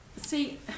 See